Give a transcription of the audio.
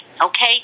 Okay